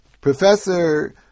Professor